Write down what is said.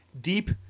deep